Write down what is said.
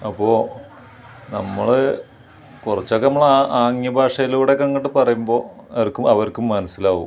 അപ്പോൾ നമ്മള് കുറച്ചൊക്കെ നമ്മൾ ആ ആംഗ്യ ഭാഷയിലൂടെയൊക്കെ അങ്ങോട്ട് പറയുമ്പോൾ എനിക്കും അവർക്കും മനസ്സിലാവും